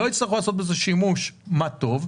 אם לא יצטרך לעשות בזה שימוש מה טוב.